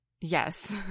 Yes